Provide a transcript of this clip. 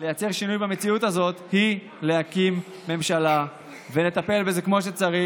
לייצר שינוי במציאות הזאת הוא להקים ממשלה ולטפל בזה כמו שצריך.